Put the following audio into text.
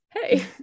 Hey